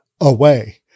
away